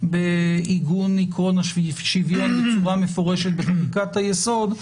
בעיגון עיקרון השוויון בצורה מפורשת בחקיקת היסוד,